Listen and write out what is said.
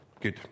Good